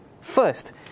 first